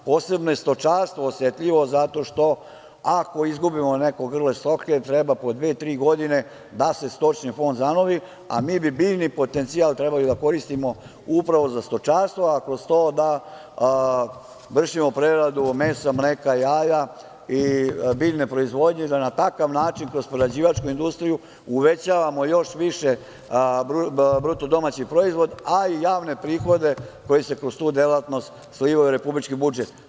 Posebno je stočarstvo osetljivo zato što ako izgubimo neko grlo stoke treba po dve, tri godine da se stočni fond zanovi, a mi bi biljni potencijal trebali da koristimo upravo za stočarstvo, a kroz to da vršimo preradu mesa, mleka, jaja i biljne proizvodnje i da na takav način kroz prerađivačku industriju uvećavamo još više bruto domaći proizvod, a i javne prihode koji se kroz tu delatnost slivaju u republički budžet.